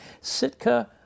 Sitka